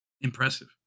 impressive